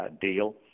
deal